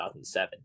2007